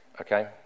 okay